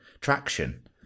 traction